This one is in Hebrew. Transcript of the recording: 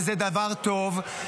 וזה דבר טוב,